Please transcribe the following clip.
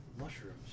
mushrooms